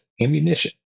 ammunition